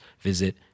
visit